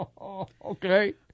okay